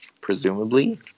presumably